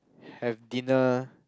have dinner